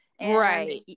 Right